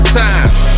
times